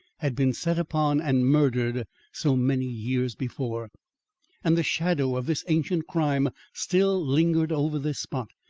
had been set upon and murdered so many years before and the shadow of this ancient crime still lingered over the spot,